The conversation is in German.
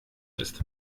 ist